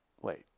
Wait